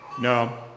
No